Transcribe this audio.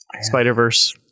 Spider-Verse